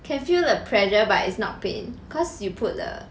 can feel the pressure but it's not pain cause you put the